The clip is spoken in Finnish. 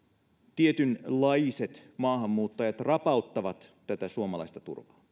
tietynlaiset maahanmuuttajat rapauttavat suomalaista turvaa